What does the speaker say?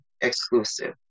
exclusive